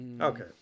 Okay